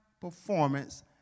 performance